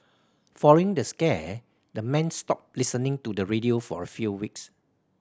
following the scare the men stopped listening to the radio for a few weeks